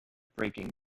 braking